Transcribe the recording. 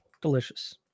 delicious